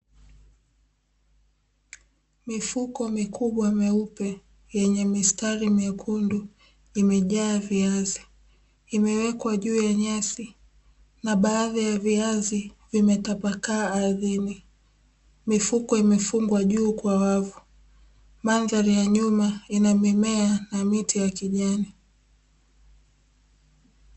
Mifuko mikubwa myeupe yenye mistari myekundu imejaa viazi, imewekwa juu ya nyasi na baadhi ya viazi vimetapakaa ardhini, mifuko imefungwa juu kwa wavu. Mandhari ya nyuma inamimea na miti ya kijani.